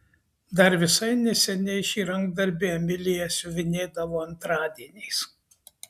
dar visai neseniai šį rankdarbį emilija siuvinėdavo antradieniais